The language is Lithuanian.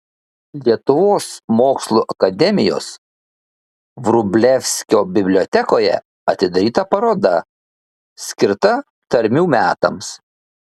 lietuvos mokslų akademijos vrublevskio bibliotekoje atidaryta paroda skirta tarmių metams